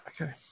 okay